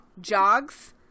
jogs